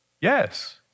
Yes